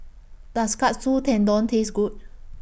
Does Katsu Tendon Taste Good